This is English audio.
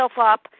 up